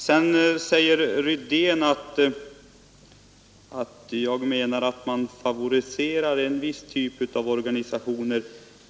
Sedan säger Rydén att jag menar att man favoriserar en viss typ av organisationer.